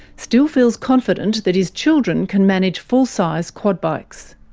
still feels confident that his children can manage full-size quad bikes.